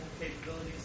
capabilities